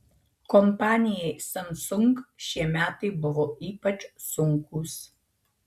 kompanijai samsung šie metai buvo ypač sunkūs